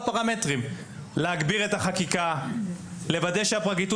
יש לנו דיון אצל המשנה לפרקליט המדינה,